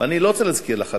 ואני לא רוצה להזכיר לך,